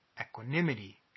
equanimity